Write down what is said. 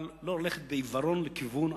אבל לא ללכת בעיוורון לכיוון עקום.